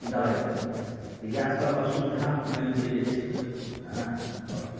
दबाइ करेतै तऽ इएह सब असुविधा मानि लिअ जे छै हँ आओर की